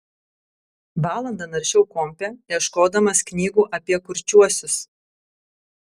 valandą naršiau kompe ieškodamas knygų apie kurčiuosius